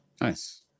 Nice